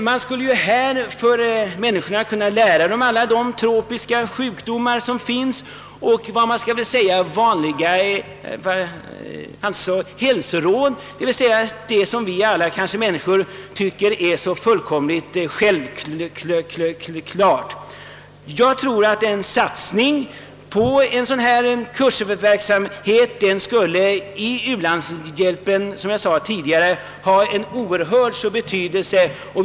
På Solvik skulle dessa unga människor få förbereda sig för u-landstjänst och att meddela kunskap i de vanliga hälsoråd som vi tycker är så självklara här hemma. En satsning på en kursverksamhet av detta slag tror jag skulle ha stor betydelse för u-landshjälpen.